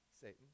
Satan